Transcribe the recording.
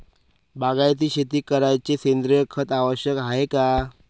बागायती शेती करायले सेंद्रिय खत आवश्यक हाये का?